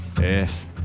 Yes